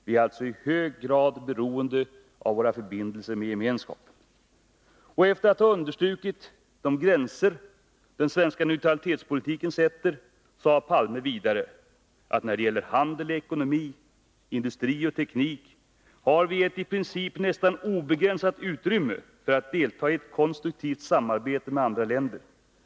Vi är alltså i hög grad beroende av våra förbindelser med Gemenskapen.” Efter att ha understrukit de gränser som den svenska neutralitetspolitiken sätter, sade Olof Palme vidare att vi har ”när det gäller handel och ekonomi, industri och teknik, ett i princip nästan obegränsat utrymme för att delta i ett konstruktivt samarbete med andra länder.